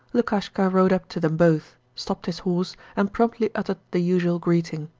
lukashka rode up to them both, stopped his horse, and promptly uttered the usual greeting.